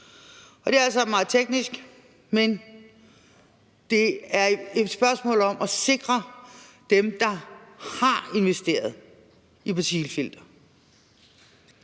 det er alt sammen meget teknisk, men det er et spørgsmål om at sikre dem, der har investeret i partikelfiltre,